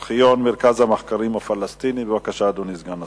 א' בכסלו התש"ע (18 בנובמבר 2009):